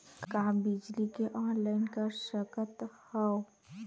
का बिजली के ऑनलाइन कर सकत हव?